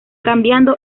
cambiando